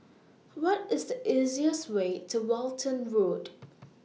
What IS The easiest Way to Walton Road